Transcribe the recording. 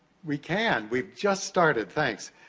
we can, we just started, thanks.